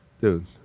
dude